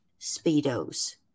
Speedos